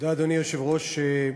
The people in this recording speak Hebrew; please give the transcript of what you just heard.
אדוני היושב-ראש,